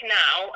now